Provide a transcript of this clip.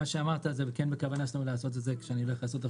מה שאמרת, בכוונתנו לעשות את זה בתוכנית.